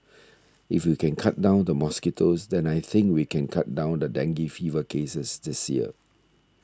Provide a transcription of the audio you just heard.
if we can cut down the mosquitoes then I think we can cut down the dengue fever cases this year